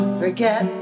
forget